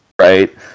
right